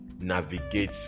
navigate